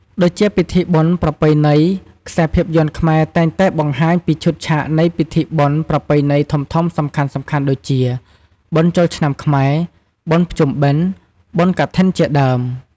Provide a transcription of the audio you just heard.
ដូចជាពិធីបុណ្យប្រពៃណី ខ្សែភាពយន្តខ្មែរតែងតែបង្ហាញពីឈុតឆាកនៃពិធីបុណ្យប្រពៃណីធំៗសំខាន់ៗដូចជា បុណ្យចូលឆ្នាំខ្មែរ បុណ្យភ្ជុំបិណ្ឌ បុណ្យកឋិន ជាដើម ។